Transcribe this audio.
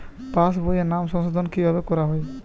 পাশ বইয়ে নাম সংশোধন কিভাবে করা হয়?